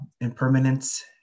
impermanence